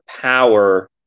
power